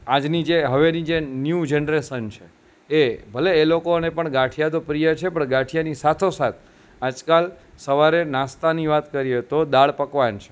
આજની જે હવેની જે ન્યુ જનરેશન છે એ ભલે એ લોકોને પણ ગાંઠિયા તો પ્રિય છે પણ ગાંઠિયાની સાથે સાથે આજકાલ સવારે નાસ્તાની વાત કરીએ તો દાળ પકવાન છે